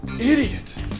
Idiot